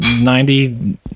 ninety